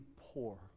poor